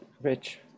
Rich